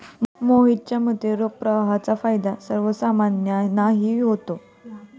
मोहितच्या मते, रोख प्रवाहाचा फायदा सर्वसामान्यांनाही होतो